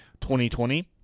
2020